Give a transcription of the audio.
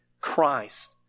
Christ